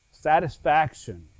satisfaction